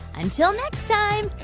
until next time,